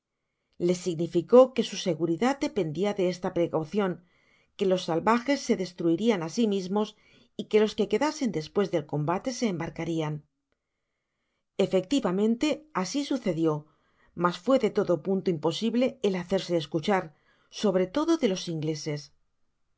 les significó que su seguridad dependia de esta precaucion que los salvajes se destrairian á si mismos y que los que quedasen despues del combate se embarcarian efectivamente asi sucedió mas fué de todo punto imposible el hacerse escuchar sobre todo de los ingleses